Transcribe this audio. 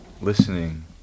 listening